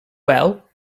well